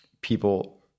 people